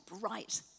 bright